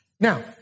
Now